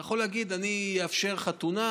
אתה יכול להגיד: אני אאפשר חתונה,